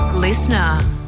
Listener